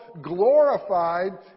glorified